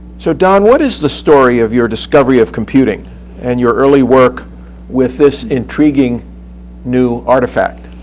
so don, what is the story of your discovery of computing and your early work with this intriguing new artifact?